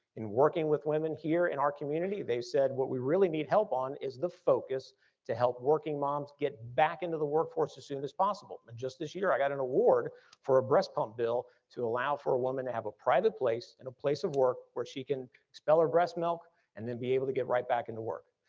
in working with women here in our community, they said what we really need help on is the focus to help working moms get back into the workforce as soon as possible. and just this year i got an award for a breast pump bill to allow for a woman to have a private place and a place of work where she can expel her breast milk and then be able to get right back into work.